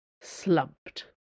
slumped